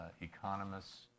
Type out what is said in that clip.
economists